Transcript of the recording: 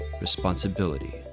responsibility